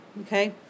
okay